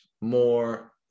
more